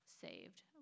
saved